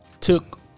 Took